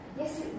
Yes